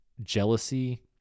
jealousy